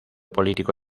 político